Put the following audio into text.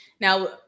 Now